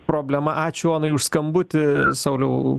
problema ačiū onai už skambutį sauliau